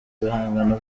ibihangano